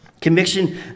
Conviction